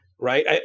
right